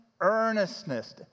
Earnestness